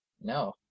no